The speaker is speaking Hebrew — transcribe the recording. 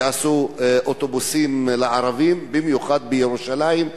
שיעשו אוטובוסים לערבים במיוחד בירושלים.